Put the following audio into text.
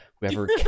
Whoever